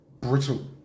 brittle